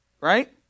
right